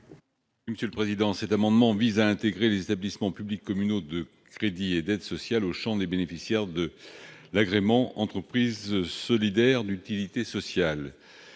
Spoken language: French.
M. Jean-Marc Gabouty. Cet amendement vise à intégrer les établissements publics communaux de crédit et d'aide sociale dans le champ des bénéficiaires de l'agrément « entreprise solidaire d'utilité sociale